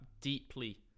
deeply